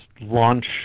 launch